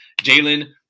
Jalen